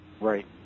Right